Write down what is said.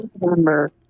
remember